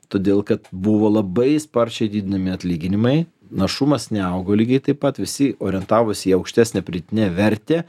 todėl kad buvo labai sparčiai didinami atlyginimai našumas neaugo lygiai taip pat visi orientavosi į aukštesnę pridėtinę vertę